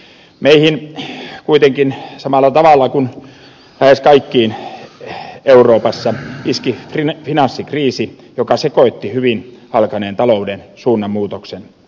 meihin kuitenkin samalla tavalla kuin lähes kaikkiin euroopassa iski finanssikriisi joka sekoitti hyvin alkaneen talouden suunnanmuutoksen